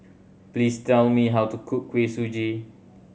please tell me how to cook Kuih Suji